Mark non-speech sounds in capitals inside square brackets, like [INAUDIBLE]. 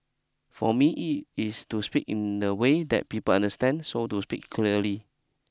for me [UNINTELLIGIBLE] it's to speak in a way that people understand so to speak clearly